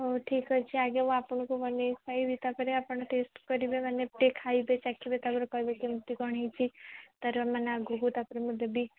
ହଉ ଠିକ୍ ଅଛି ଆଉ ଯୋଉ ଆପଣଙ୍କୁ ବନେଇ ସାରିବି ତାପରେ ଆପଣ ଟେଷ୍ଟ କରିବେ ମାନେ ଟିକେ ଖାଇବେ ଚାଖିବେ ତା ପରେ କହିବେ କେମିତି କ'ଣ ହୋଇଛି ତାର ମାନେ ଆଗକୁ ତାକୁ ମୁଁ ଦେବି